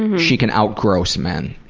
she can out-gross men.